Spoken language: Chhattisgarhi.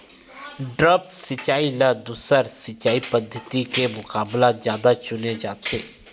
द्रप्स सिंचाई ला दूसर सिंचाई पद्धिति के मुकाबला जादा चुने जाथे